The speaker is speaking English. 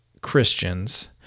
Christians